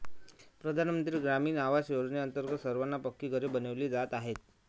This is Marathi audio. प्रधानमंत्री ग्रामीण आवास योजनेअंतर्गत सर्वांना पक्की घरे बनविली जात आहेत